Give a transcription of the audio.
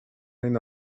این